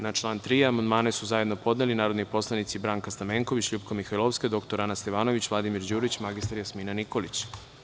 Na član 3. amandman su zajedno podneli narodni poslanici Branka Stamenković, LJupka Mihajlovska, dr Ana Stevanović, Vladimir Đurić i mr Jasmina Nikolić.